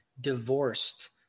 divorced